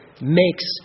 Makes